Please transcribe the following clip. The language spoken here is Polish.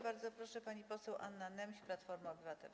Bardzo proszę, pani poseł Anna Nemś, Platforma Obywatelska.